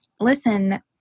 listen